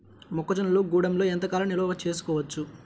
మొక్క జొన్నలు గూడంలో ఎంత కాలం నిల్వ చేసుకోవచ్చు?